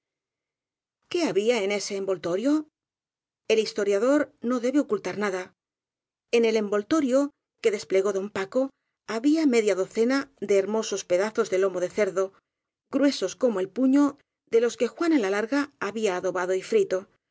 qué había en este envoltorio el historiador no debe ocultar nada en el envoltorio que desplegó don paco había media docena de hermosos peda zos de lomo de cerdo gruesos como el puño de los que juana la larga había adobado y frito